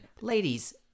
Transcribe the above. Ladies